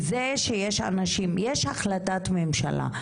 יש החלטת ממשלה.